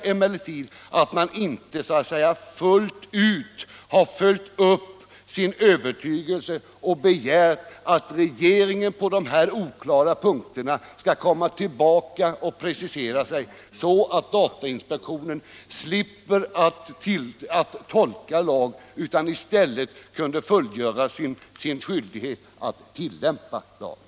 Däremot beklagar jag att man inte fullt ut har följt sin övertygelse och begärt att regeringen på de här oklara punkterna skall komma tillbaka och precisera sig, så att datainspektionen slipper tolka lag och i stället kan fullgöra sin skyldighet att tillämpa lagen.